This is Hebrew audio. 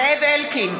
(קוראת בשמות חברי הכנסת) זאב אלקין,